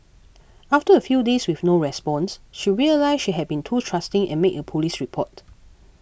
after a few days with no response she realised she had been too trusting and made a police report